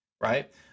right